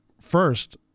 first